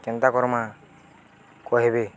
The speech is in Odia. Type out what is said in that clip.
ଚିନ୍ତା କର୍ମା କହିବି